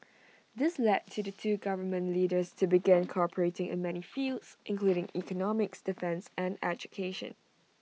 this led to the two government leaders to begin cooperating in many fields including economics defence and education